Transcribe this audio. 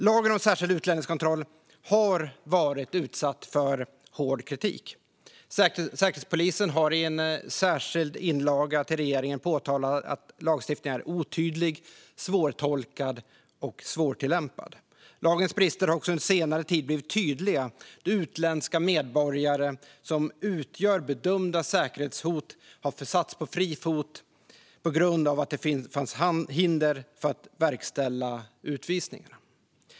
Lagen om särskild utlänningskontroll har varit utsatt för hård kritik. Säkerhetspolisen har i en särskild inlaga till regeringen påtalat att lagstiftningen är otydlig, svårtolkad och svårtillämpad. Lagens brister har också under senare tid blivit tydliga då utländska medborgare, som utgör bedömda säkerhetshot, har försatts på fri fot på grund av att det fanns hinder för att verkställa utvisningarna.